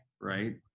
right